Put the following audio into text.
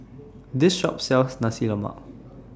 This Shop sells Nasi Lemak